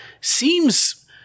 seems